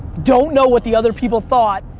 don't know what the other people thought,